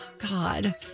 God